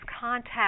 contact